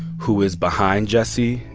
who is behind jesse,